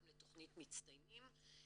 גם לתכנית מצטיינים,